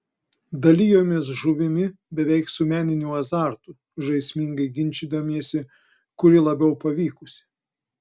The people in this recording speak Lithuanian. dalijomės žuvimi beveik su meniniu azartu žaismingai ginčydamiesi kuri labiau pavykusi